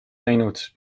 näinud